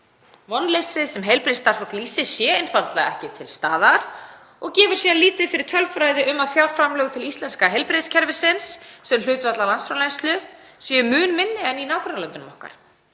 Vonleysið sem heilbrigðisstarfsfólk lýsi sé einfaldlega ekki til staðar og gefur síðan lítið fyrir tölfræði um að fjárframlög til íslenska heilbrigðiskerfisins sem hlutfall af landsframleiðslu séu mun lægri en í nágrannalöndunum okkar